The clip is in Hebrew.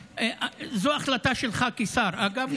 זו החלטה שלך כשר, אגב.